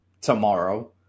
tomorrow